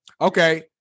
okay